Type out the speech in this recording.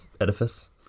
edifice